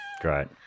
Great